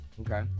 Okay